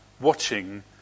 watching